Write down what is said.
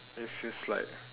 it feels like